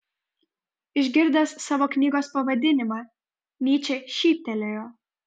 išgirdęs savo knygos pavadinimą nyčė šyptelėjo